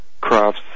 crops